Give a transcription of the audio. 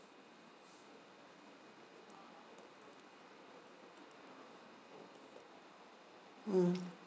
mm